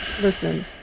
Listen